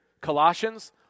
Colossians